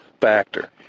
factor